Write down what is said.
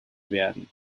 werden